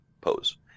pose